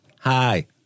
Hi